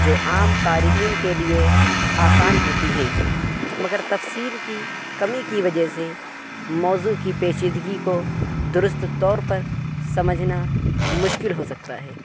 جو عام قارئین کے لیے آسان ہوتی ہیں مگر تفصیل کی کمی کی وجہ سے موضوع کی پیچیدگی کو درست طور پر سمجھنا مشکل ہو سکتا ہے